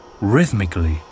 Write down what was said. rhythmically